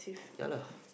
yeah lah